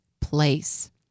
place